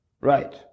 Right